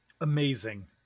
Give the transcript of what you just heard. Amazing